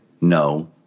No